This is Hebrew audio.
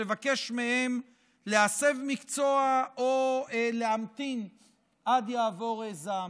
לבקש מהם להסב מקצוע או להמתין עד יעבור זעם.